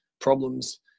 problems